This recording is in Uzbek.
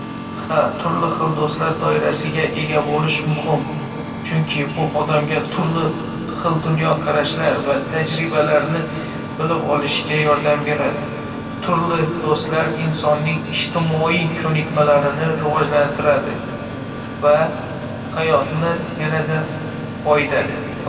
Ha, turli xil do‘stlar doirasiga ega bo‘lish muhim, chunki bu odamga turli xil dunyoqarashlar va tajribalarni bilib olishga yordam beradi. Turli do‘stlar insonning ijtimoiy ko‘nikmalarini rivojlantiradi va hayotni yanada boyitadi.